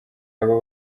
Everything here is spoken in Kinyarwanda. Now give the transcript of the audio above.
abo